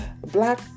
Black